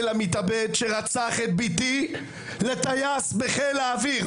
המתאבד שרצח את ביתי לטייס בחיל האוויר".